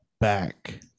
Back